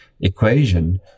equation